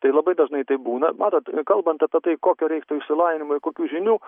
tai labai dažnai taip būna matot kalbant apie tai kokio reiktų išsilavinimo ir kokių žinių